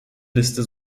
liste